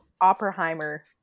Oppenheimer